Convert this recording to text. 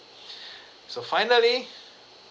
so finally